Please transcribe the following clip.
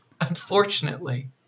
Unfortunately